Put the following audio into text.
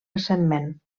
recentment